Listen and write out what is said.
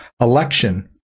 election